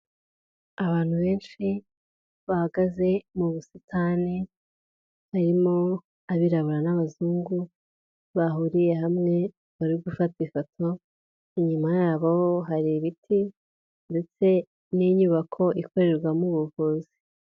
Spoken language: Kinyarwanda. Abantu benshi bahagaze mu busitani harimo abirabura n'abazungu bahuriye hamwe bari gufata ifoto, inyuma yabo hari ibiti ndetse n'inyubako ikorerwamo ubuvuzi.